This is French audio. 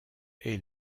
est